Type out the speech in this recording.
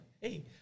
Hey